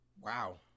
wow